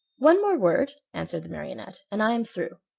one more word, answered the marionette, and i am through.